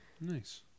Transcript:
Nice